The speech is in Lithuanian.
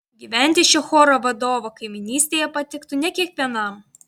gyventi šio choro vadovo kaimynystėje patiktų ne kiekvienam